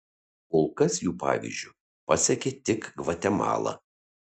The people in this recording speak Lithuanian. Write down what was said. kol kas jų pavyzdžiu pasekė tik gvatemala